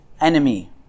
enemy